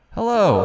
Hello